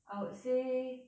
I would say